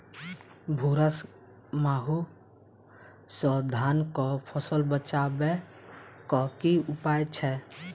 भूरा माहू सँ धान कऽ फसल बचाबै कऽ की उपाय छै?